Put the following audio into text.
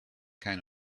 kind